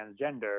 transgender